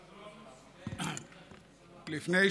תודה,